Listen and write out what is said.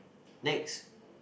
next